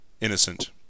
Innocent